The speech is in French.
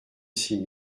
six